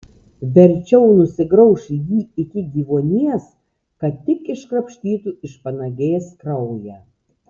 verčiau nusigrauš jį iki gyvuonies kad tik iškrapštytų iš panagės kraują